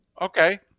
Okay